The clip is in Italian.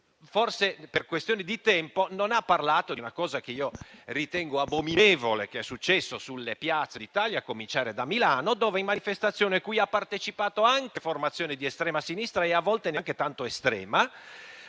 forse, per questione di tempo, non ha parlato di una cosa che ritengo abominevole e che è successa nelle piazze d'Italia, a cominciare da Milano, dove in manifestazioni a cui hanno partecipato anche formazioni di estrema sinistra - a volte neanche tanto estrema